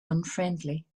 unfriendly